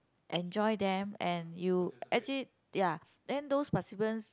enjoy them and you actually ya then those participants